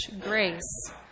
grace